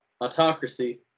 autocracy